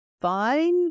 fine